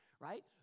right